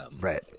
Right